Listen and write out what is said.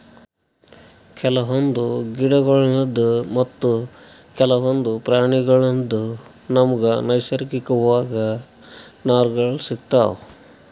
ಕೆಲವೊಂದ್ ಗಿಡಗೋಳ್ಳಿನ್ದ್ ಮತ್ತ್ ಕೆಲವೊಂದ್ ಪ್ರಾಣಿಗೋಳ್ಳಿನ್ದ್ ನಮ್ಗ್ ನೈಸರ್ಗಿಕವಾಗ್ ನಾರ್ಗಳ್ ಸಿಗತಾವ್